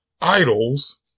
Idols